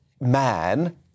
man